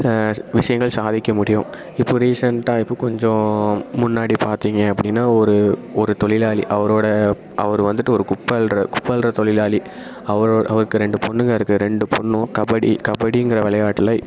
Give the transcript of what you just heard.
விஷயங்கள் சாதிக்க முடியும் இப்போ ரீசண்ட்டாக இப்போ கொஞ்சம் முன்னாடி பார்த்தீங்க அப்படின்னா ஒரு ஒரு தொழிலாளி அவரோட அவர் வந்துவிட்டு ஒரு குப்பை அள்ளுற குப்பை அள்ளுற தொழிலாளி அவர் அவருக்கு ரெண்டு பொண்ணுங்க இருக்கு ரெண்டு பொண்ணும் கபடி கபடிங்கிற விளையாட்ல